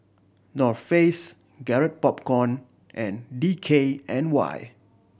North Face Garrett Popcorn and D K N Y